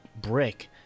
brick